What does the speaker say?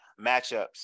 matchups